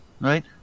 right